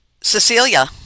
Cecilia